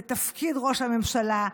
לתפקיד ראש הממשלה,